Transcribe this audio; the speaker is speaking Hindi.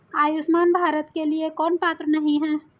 आयुष्मान भारत के लिए कौन पात्र नहीं है?